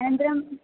अनन्तरम्